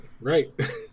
right